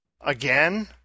again